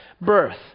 birth